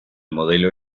modelo